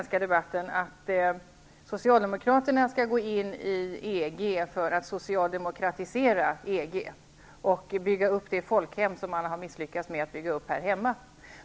Socialdemokraterna vill gå in i EG för att socialdemokratisera EG och bygga upp det folkhem som de har misslyckats med här hemma.